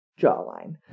jawline